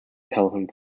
pelham